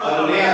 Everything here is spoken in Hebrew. אדוני,